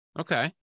Okay